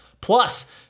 Plus